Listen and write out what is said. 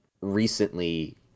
recently